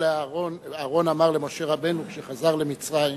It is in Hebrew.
אהרן אמר למשה רבנו, כשחזר למצרים,